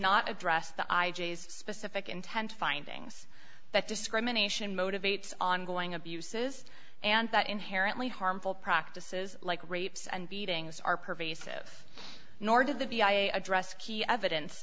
not address the specific intent findings that discrimination motivates ongoing abuses and that inherently harmful practices like rapes and beatings are pervasive nor did the b i address key evidence